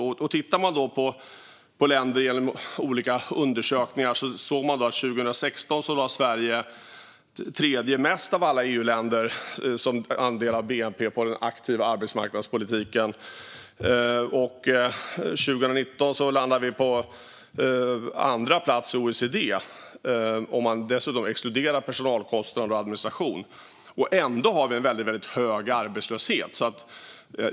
I undersökningar där olika länder jämförs kan vi se att Sveriges anslag till den aktiva arbetsmarknadspolitiken år 2016 var tredje störst bland EU-länderna sett som andel av bnp, och 2019 låg vi på andra plats i OECD om man dessutom exkluderar personalkostnad och administration. Men ändå har vi en väldigt hög arbetslöshet.